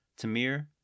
Tamir